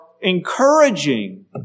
encouraging